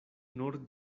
nur